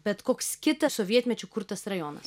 bet koks kitas sovietmečiu kurtas rajonas